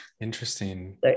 Interesting